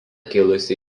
kilusi